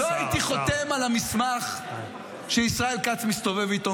לא הייתי חותם על המסמך שישראל כץ מסתובב איתו,